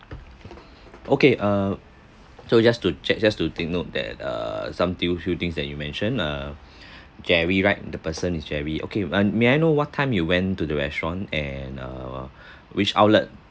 okay uh so just to check just to take note that uh some tew few things that you mentioned uh jerry right the person is jerry okay and may I know what time you went to the restaurant and uh which outlet